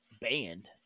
banned